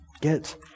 Get